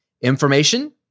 Information